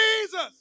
Jesus